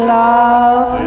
love